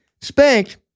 spanked